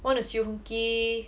want to xiun ki